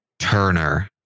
Turner